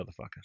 motherfucker